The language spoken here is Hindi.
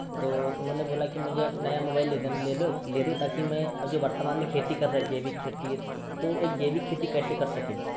तो उन्होंने बोला कि मुझे अब नया मोबाइल ले दन ले लो ले दो ताकि मैं अब जो वर्तमान में खेती कर रहा जैविक खेतिए तो एक जैविक खेती कैसे कर सकें